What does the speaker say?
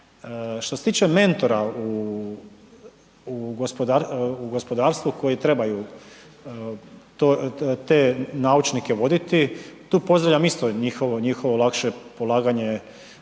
Što se tiče mentora u gospodarstvu koji trebaju te naučnike voditi, tu pozdravljam isto njihovo lakše polaganje